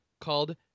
called